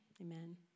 Amen